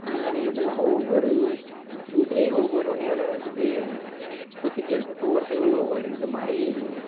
அது மட்டும் இல்லாமல் ஒவ்வொரு இதுலேயும் ஒவ்வொரு வகையான வந்து ப்ரொசீஜர் இருக்கு இப்போ ஒவ்வொருத்தவங்களுக்கு ஒவ்வொரு இது மாதிரி